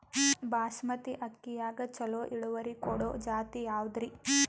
ಬಾಸಮತಿ ಅಕ್ಕಿಯಾಗ ಚಲೋ ಇಳುವರಿ ಕೊಡೊ ಜಾತಿ ಯಾವಾದ್ರಿ?